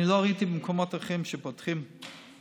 אני לא ראיתי במקומות אחרים שפותחים לעשרה,